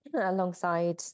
alongside